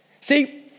See